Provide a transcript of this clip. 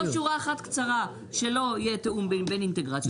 ולכתוב שורה אחרת קצרה שלא יהיה תיאום בין אינטגרציות.